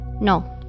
no